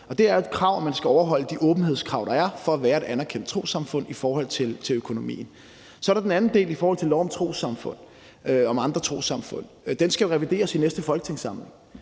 det er et krav, at man skal overholde de åbenhedskrav, der er i forhold til økonomien for at være et anerkendt trossamfund. Så er der for det andet delen i forhold til loven om andre trossamfund. Den skal jo revideres i næste folketingssamling.